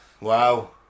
Wow